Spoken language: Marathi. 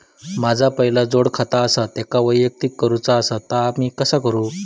माझा पहिला जोडखाता आसा त्याका वैयक्तिक करूचा असा ता मी कसा करू?